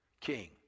King